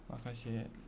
माखासे